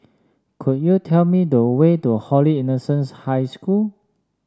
could you tell me the way to Holy Innocents' High School